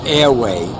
airway